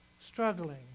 struggling